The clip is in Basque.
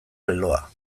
leloa